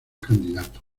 candidato